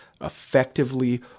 effectively